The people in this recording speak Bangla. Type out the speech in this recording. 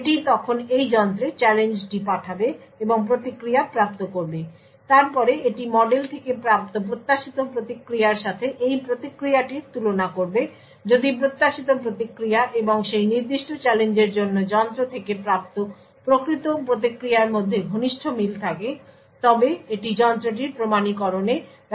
এটি তখন এই যন্ত্রে চ্যালেঞ্জটি পাঠাবে এবং প্রতিক্রিয়া প্রাপ্ত করবে তারপরে এটি মডেল থেকে প্রাপ্ত প্রত্যাশিত প্রতিক্রিয়ার সাথে এই প্রতিক্রিয়াটির তুলনা করবে যদি প্রত্যাশিত প্রতিক্রিয়া এবং সেই নির্দিষ্ট চ্যালেঞ্জের জন্য যন্ত্র থেকে প্রাপ্ত প্রকৃত প্রতিক্রিয়ার মধ্যে ঘনিষ্ঠ মিল থাকে তবে এটি যন্ত্রটির প্রমাণীকরণে ব্যবহার করা হবে